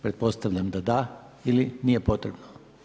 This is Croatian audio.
Pretpostavljam da da ili nije potrebno?